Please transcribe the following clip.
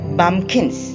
bumpkins